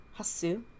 hasu